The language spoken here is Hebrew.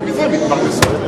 כי מזה העיריות מתפרנסות.